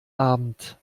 abend